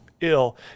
ill